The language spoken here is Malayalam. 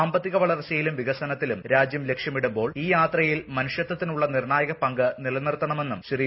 സാമ്പത്തിക വളർച്ചയിലും വികസനത്തിലും രാജ്യം ലക്ഷ്യമിടുമ്പോൾ ഈ യാത്രയിൽ മനുഷ്യത്പത്തിനുള്ള നിർണ്ണായക പങ്ക് നിലനിർത്തണമെന്നും ശ്രീ